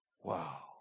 Wow